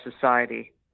society